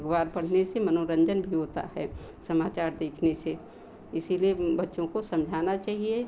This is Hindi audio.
अखबार पढ़ने से मनोरंजन भी होता है समाचार देखने से इसलिए बच्चों को समझाना चाहिए